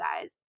guys